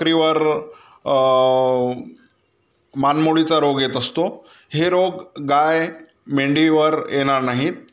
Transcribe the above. बकरीवर मानमोडीचा रोग येत असतो हे रोग गाय मेंढीवर येणार नाहीत